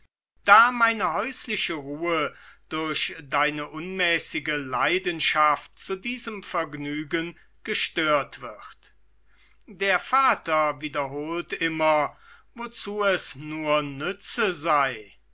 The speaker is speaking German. da meine häusliche ruhe durch deine unmäßige leidenschaft zu diesem vergnügen gestört wird der vater wiederholt immer wozu es nur nütze sei